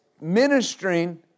ministering